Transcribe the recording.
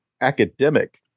academic